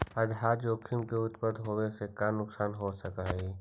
आधार जोखिम के उत्तपन होवे से का नुकसान हो सकऽ हई?